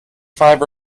five